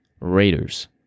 Raiders